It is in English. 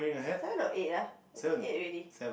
seven or eight ah I think eight already